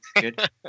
good